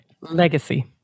Legacy